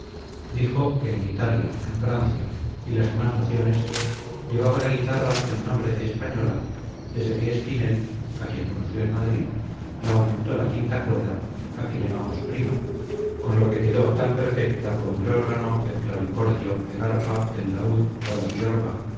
dijo que en italia en francia y las demás naciones llevaba la guitarra el nombre de española desde que espinel a quien conoció en madrid la aumentó la quinta cuerda a que llamamos prima con lo que quedó tan perfecta como el órgano el clavicordio el arpa el laúd o la tiorba